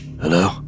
Hello